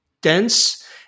dense